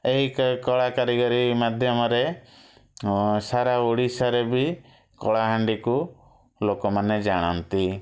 ଏହି କଳା କାରିଗରୀ ମାଧ୍ୟମରେ ସାରା ଓଡ଼ିଶାରେ ବି କଳାହାଣ୍ଡିକୁ ଲୋକମାନେ ଜାଣନ୍ତି